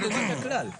תגידו לטובת הכלל.